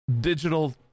digital